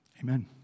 amen